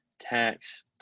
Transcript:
tax